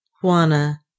Juana